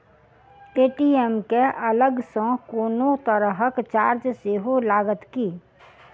ATM केँ अलग सँ कोनो तरहक चार्ज सेहो लागत की?